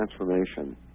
transformation